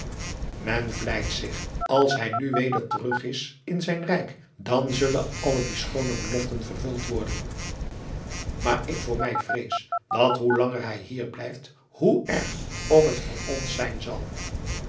men vleit zich als hij nu weder terug is in zijn rijk dan zullen alle die schoone beloften vervuld worden maar ik voor mij vrees dat hoe langer hij hier blijft hoe erger of het voor ons zijn zal